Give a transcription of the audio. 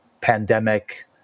pandemic